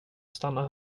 stanna